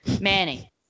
Manny